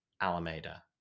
Alameda